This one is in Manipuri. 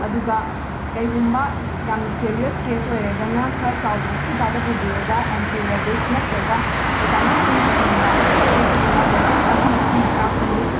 ꯑꯗꯨꯒ ꯀꯩꯒꯨꯝꯕ ꯌꯥꯝ ꯁꯦꯔꯤꯌꯁ ꯀꯦꯁ ꯑꯣꯏꯔꯒꯅ ꯈꯔ ꯆꯥꯎꯕ ꯍꯣꯁꯄꯤꯇꯥꯜꯗ ꯄꯨꯕꯤꯔꯒ ꯑꯦꯟꯇꯤ ꯔꯦꯕꯤꯁ ꯅꯠꯇ꯭ꯔꯒ ꯇꯦꯇꯥꯅꯁꯁꯤꯡꯖꯆꯤꯡꯕ ꯀꯥꯞꯊꯣꯛꯄꯤꯗꯨꯅ ꯗꯣꯁꯦꯁ ꯑꯍꯨꯝꯔꯛ ꯁꯨꯅ ꯀꯥꯞꯀꯅꯤ